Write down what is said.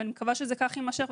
אני מקווה שכך זה יימשך.